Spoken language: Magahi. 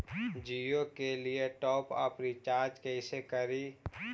जियो के लिए टॉप अप रिचार्ज़ कैसे करी?